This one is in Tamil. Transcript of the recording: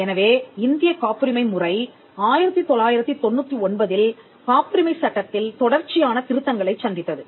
எனவே இந்திய காப்புரிமை முறை 1999 இல் காப்புரிமை சட்டத்தில் தொடர்ச்சியான திருத்தங்களைச் சந்தித்தது